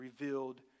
revealed